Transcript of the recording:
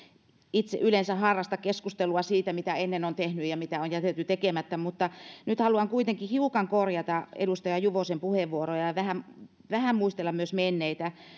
itse yleensä harrasta keskustelua siitä mitä ennen on tehty ja mitä on jätetty tekemättä mutta nyt haluan kuitenkin hiukan korjata edustaja juvosen puheenvuoroa ja ja vähän muistella myös menneitä